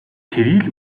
кирилл